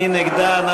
מי נגדה?